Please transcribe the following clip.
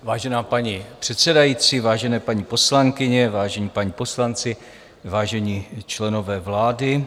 Vážená paní předsedající, vážené paní poslankyně, vážení páni poslanci, vážení členové vlády.